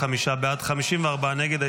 45 בעד, 54 נגד.